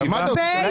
אותי.